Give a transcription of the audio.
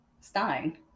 Stein